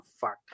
fuck